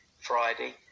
Friday